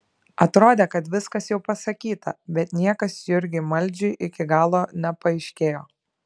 atrodė kad viskas jau pasakyta bet niekas jurgiui maldžiui iki galo nepaaiškėjo